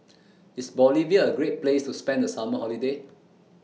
IS Bolivia A Great Place to spend The Summer Holiday